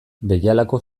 behialako